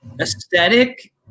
aesthetic